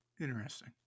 Interesting